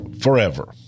forever